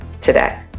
today